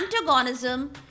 antagonism